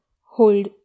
hold